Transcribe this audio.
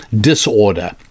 disorder